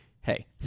Hey